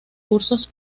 cursos